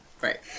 Right